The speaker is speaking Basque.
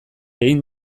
egin